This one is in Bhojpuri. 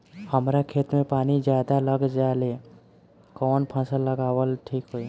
हमरा खेत में पानी ज्यादा लग जाले कवन फसल लगावल ठीक होई?